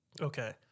Okay